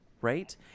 right